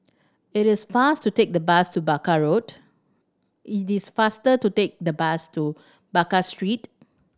it is faster to take the bus to Baker Road it is faster to take the bus to Baker Street